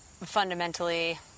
fundamentally